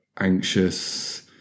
anxious